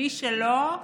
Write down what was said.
מי שלא,